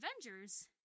Avengers